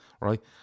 right